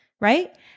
Right